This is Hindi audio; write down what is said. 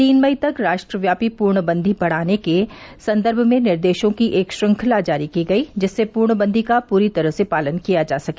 तीन मई तक राष्ट्रव्यापी पूर्णबंदी की अवधि बढ़ाने के संदर्म में निर्देशों की एक श्रंखला जारी की गई जिससे पूर्णबंदी का पूरी तरह से पालन किया जा सके